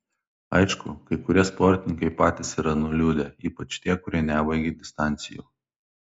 aišku kai kurie sportininkai patys yra nuliūdę ypač tie kurie nebaigė distancijų